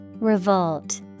Revolt